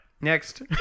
Next